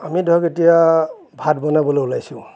আমি ধৰক এতিয়া ভাত বনাবলৈ ওলাইছোঁ